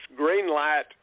greenlight